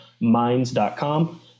minds.com